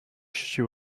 she